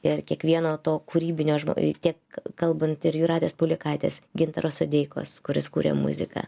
ir kiekvieno to kūrybinio žmo ir tiek kalbant ir jūratės paulėkaitės gintaro sodeikos kuris kuria muziką